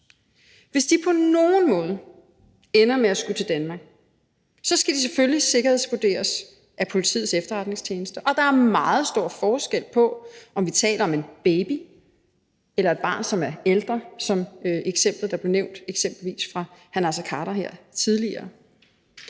Hvis de på nogen måde ender med at skulle til Danmark, skal de selvfølgelig sikkerhedsvurderes af Politiets Efterretningstjeneste, og der er meget stor forskel på, om vi taler om en baby eller et barn, som er ældre, som det eksempel, der f.eks. blev nævnt af hr. Naser Khader her tidligere.